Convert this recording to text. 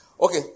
Okay